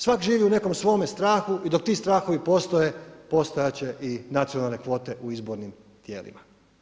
Svak živi u nekom svome strahu i dok ti strahovi postoje, postojati će i nacionalne kvote u izbornim tijelima.